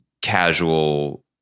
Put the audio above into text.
casual